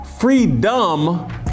freedom